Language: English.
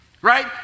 right